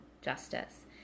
justice